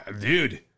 Dude